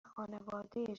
خانواده